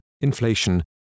inflation